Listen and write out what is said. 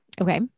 okay